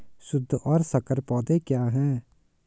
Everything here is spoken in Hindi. शुद्ध और संकर पौधे क्या हैं?